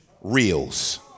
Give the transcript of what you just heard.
reels